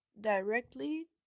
directly